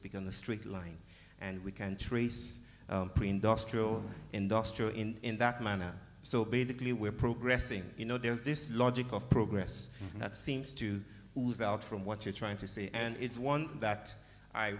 speak on the street line and we can't trace pre industrial industrial in that manner so basically we're progressing you know there's this logic of progress that seems to be from what you're trying to say and it's one that i